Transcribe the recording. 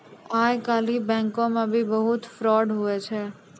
आइ काल्हि बैंको मे भी बहुत फरौड हुवै छै